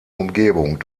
umgebung